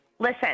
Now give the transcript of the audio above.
Listen